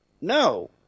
No